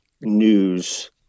news